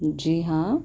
جی ہاں